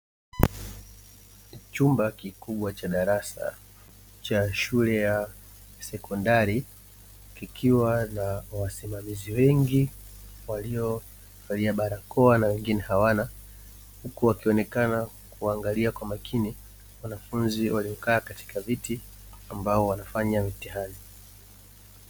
Chumba kikubwa cha darasa cha shule ya sekondari kikiwa na wasimamizi wengi waliovalia barakoa na wengine hawana huku wakionekana kuangalia kwa makini wanafunzi waliokaa katika viti ambao wanafanya mtihani.